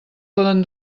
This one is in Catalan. poden